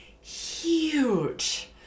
huge